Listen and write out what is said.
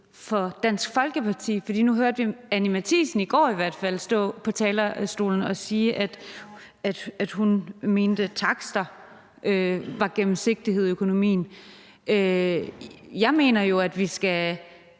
for Dansk Folkeparti. Nu hørte vi i hvert fald Anni Matthiesen i går stå på talerstolen og sige, at hun mente, at takster var gennemsigtighed i økonomien. Jeg mener jo, at vi skal